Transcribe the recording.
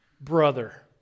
brother